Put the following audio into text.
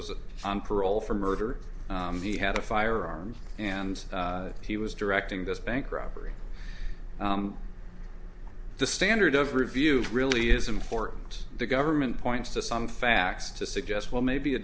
was on parole for murder he had a firearm and he was directing this bank robbery the standard of review really is important the government points to some facts to suggest well maybe a